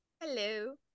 Hello